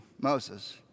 Moses